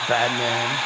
Batman